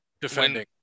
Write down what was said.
defending